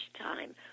time